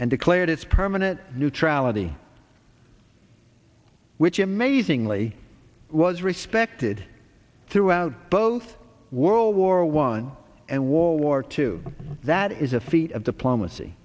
and declared its permanent neutrality which amazingly was respected throughout both world war one and war two that is a feat of diplomacy